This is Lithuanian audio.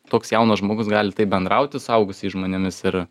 toks jaunas žmogus gali taip bendrauti suaugusiais žmonėmis ir